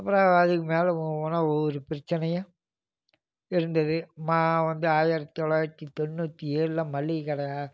அப்புறம் அதுக்கு மேலே போனால் ஒவ்வொரு பிரச்சினையாக இருந்தது வந்து ஆயிரத்தி தொள்ளாயிரத்தி தொண்ணூற்றி ஏழில் மளிகை கடை